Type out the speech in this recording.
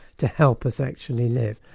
to help us actually live,